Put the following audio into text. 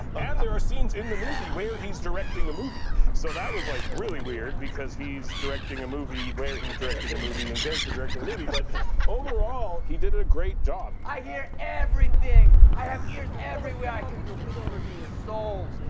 and there are scenes in the movie where he's directing a movie, so that was like really weird because he's directing a movie where he's directing a movie in character directing a movie, but overall, he did a great job. i hear everything! i have ears everywhere! i hear your whispers in your souls.